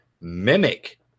mimic